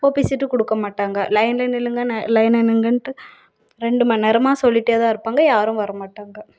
OP சீட்டு கொடுக்க மாட்டாங்க லயனில் நில்லுங்கள் லயனில் நில்லுங்கன்ட்டு ரெண்டு மண் நேரமாக சொல்லிட்டே தான் இருப்பாங்க யாரும் வர மாட்டாங்க